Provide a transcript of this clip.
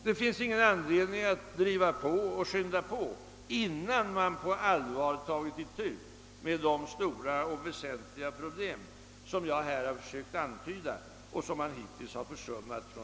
Det finns ingen anledning att driva på och skynda på innan man på allvar tagit itu med de stora och väsentliga problem som jag här har försökt antyda och som regeringen hittills har försummat.